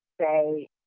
say